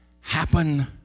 happen